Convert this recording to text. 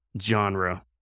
genre